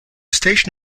station